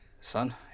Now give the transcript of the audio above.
son